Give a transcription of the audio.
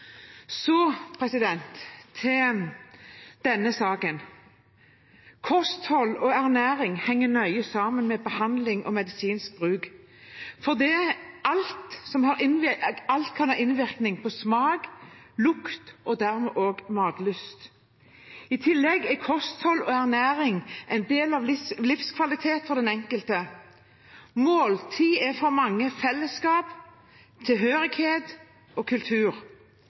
Så til denne saken. Kosthold og ernæring henger nøye sammen med behandling og medisinbruk, for alt kan ha innvirkning på smak, lukt og dermed også matlyst. I tillegg er kosthold og ernæring en del av livskvaliteten for den enkelte. Måltid er for mange fellesskap, tilhørighet og kultur.